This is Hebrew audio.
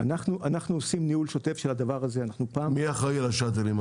אנחנו עושים ניהול שוטף של הדבר הזה --- מי אחראי על השאטלים?